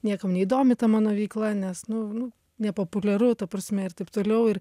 niekam neįdomi ta mano veikla nes nu nu nepopuliaru ta prasme ir taip toliau ir